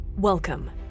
Welcome